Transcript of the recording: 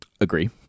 Agree